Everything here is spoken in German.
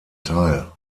teil